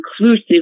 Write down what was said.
inclusive